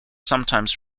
sometimes